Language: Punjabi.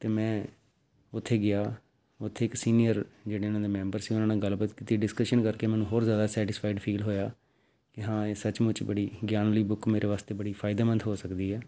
ਅਤੇ ਮੈਂ ਉੱਥੇ ਗਿਆ ਉੱਥੇ ਇੱਕ ਸੀਨੀਅਰ ਜਿਹੜੇ ਉਹਨਾਂ ਦੇ ਮੈਂਬਰ ਸੀ ਉਹਨਾਂ ਨਾਲ ਗੱਲਬਾਤ ਕੀਤੀ ਡਿਸਕਸ਼ਨ ਕਰਕੇ ਮੈਨੂੰ ਹੋਰ ਜ਼ਿਆਦਾ ਸੈਟਿਸਫਾਈਡ ਫੀਲ ਹੋਇਆ ਕਿ ਹਾਂ ਇਹ ਸੱਚਮੁੱਚ ਬੜੀ ਗਿਆਨ ਵਾਲੀ ਬੁੱਕ ਮੇਰੇ ਵਾਸਤੇ ਬੜੀ ਫਾਇਦਾਮੰਦ ਹੋ ਸਕਦੀ ਹੈ